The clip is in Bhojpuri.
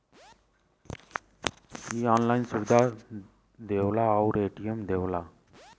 इ ऑनलाइन सुविधा देवला आउर ए.टी.एम देवला